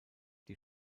die